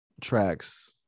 tracks